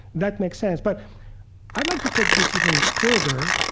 that makes sense but i'd like to take this even further,